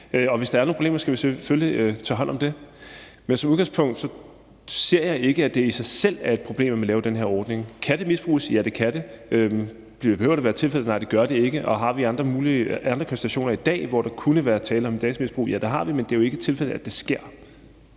og hvis der er nogen problemer, skal vi selvfølgelig tage hånd om det. Men som udgangspunkt ser jeg ikke, at det i sig selv er et problem, at man laver den her ordning. Kan det misbruges? Ja, det kan det. Behøver det være tilfældet? Nej, det gør det ikke, og har vi andre konstellationer i dag, hvor der kunne være tale om datamisbrug? Ja, det har vi, men det er jo ikke tilfældet, at det sker